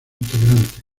integrantes